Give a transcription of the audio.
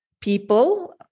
people